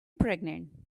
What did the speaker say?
pregnant